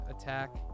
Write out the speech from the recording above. attack